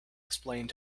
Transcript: explained